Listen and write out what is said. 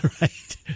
right